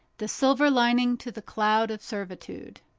the silver lining to the cloud of servitude.